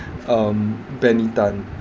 um benny tan